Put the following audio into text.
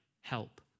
help